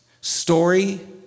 story